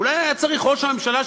אולי היה צריך ראש הממשלה,